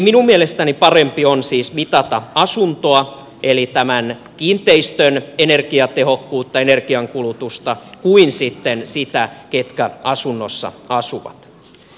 minun mielestäni parempi on siis mitata asuntoa eli tämän kiinteistön energiatehokkuutta energiankulutusta kuin sitten sitä ketkä asunnossa asuvat